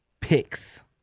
picks